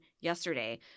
yesterday